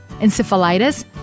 encephalitis